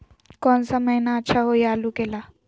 कौन सा महीना अच्छा होइ आलू के ला?